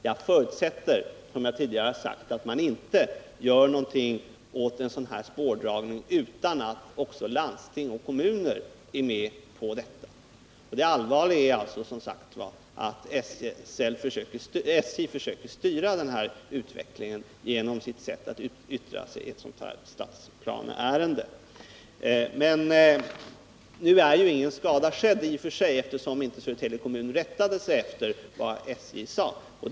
Jag förutsätter, som jag tidigare sagt, att man inte gör någonting åt den här spårdragningen utan att också landsting och kommuner är med på detta. Det allvarliga är att SJ försöker styra den här utvecklingen genom sitt sätt att yttra sig i detta stadsplaneärende. Nu är i och för sig ingen skada skedd eftersom Södertälje kommun inte rättade sig efter vad SJ sade.